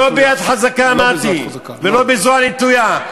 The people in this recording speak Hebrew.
לא ביד חזקה אמרתי ולא בזרוע נטויה,